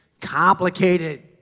Complicated